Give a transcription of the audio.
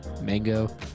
mango